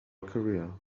career